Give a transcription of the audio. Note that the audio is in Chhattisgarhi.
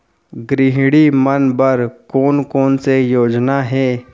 गृहिणी मन बर कोन कोन से योजना हे?